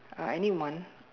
uh uh anyone